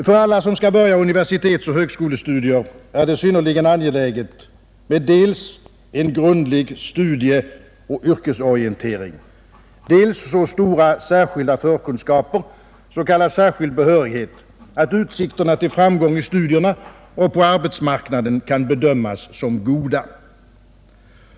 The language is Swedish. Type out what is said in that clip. För alla som skall börja universitetsoch högskolestudier är det synnerligen angeläget med dels en grundlig studieoch yrkesorientering, dels så stora särskilda förkunskaper, s.k. särskild behörighet, att utsikterna till framgång i studierna och på arbetsmarknaden kan bedömas såsom goda.